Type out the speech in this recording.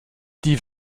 die